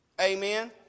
Amen